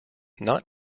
not